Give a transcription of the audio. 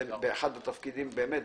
באמת,